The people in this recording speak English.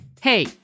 Hey